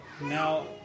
Now